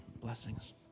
Blessings